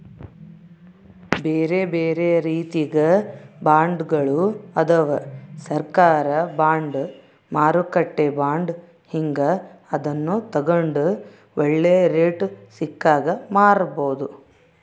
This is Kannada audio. ಬೇರೆಬೇರೆ ರೀತಿಗ ಬಾಂಡ್ಗಳು ಅದವ, ಸರ್ಕಾರ ಬಾಂಡ್, ಮಾರುಕಟ್ಟೆ ಬಾಂಡ್ ಹೀಂಗ, ಅದನ್ನು ತಗಂಡು ಒಳ್ಳೆ ರೇಟು ಸಿಕ್ಕಾಗ ಮಾರಬೋದು